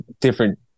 different